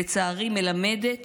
לצערי, מלמדת